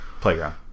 Playground